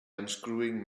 unscrewing